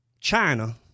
China